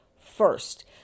first